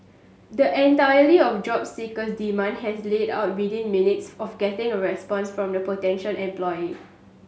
the entirely of job seeker's demand has laid out within minutes of getting a response from the potential employer